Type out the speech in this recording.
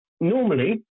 Normally